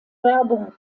werbung